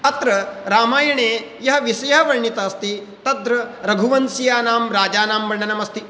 अत्र रामायणे यः विषयः वर्णितः अस्ति तत्र रघुवंशीयानां राज्ञानां वर्णनम् अस्ति